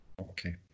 Okay